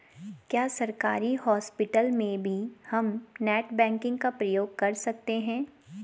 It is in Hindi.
क्या सरकारी हॉस्पिटल में भी हम नेट बैंकिंग का प्रयोग कर सकते हैं?